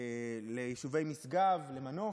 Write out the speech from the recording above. ליישובי משגב, למנוף.